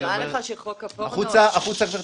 נראה לך שחוק הפורנו --- החוצה, גברתי.